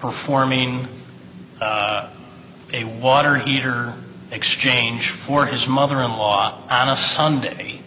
performing a water heater exchange for his mother in law on a sunday